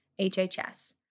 HHS